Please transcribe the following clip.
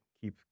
keep